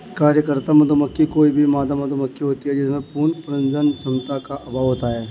कार्यकर्ता मधुमक्खी कोई भी मादा मधुमक्खी होती है जिसमें पूर्ण प्रजनन क्षमता का अभाव होता है